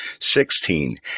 Sixteen